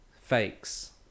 fakes